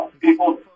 People